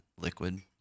liquid